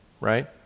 Right